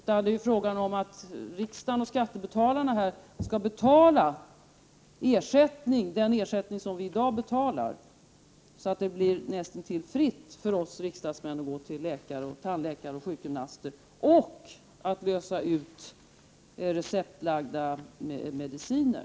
Vad det gäller är att riksdagen och skattebetalarna skall bestrida de kostnader som vi i dag betalar själva, så att det blir näst intill gratis för oss riksdagsmän att gå till läkare, tandläkare och sjukgymnaster och att lösa ut receptbelagda mediciner.